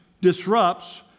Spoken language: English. disrupts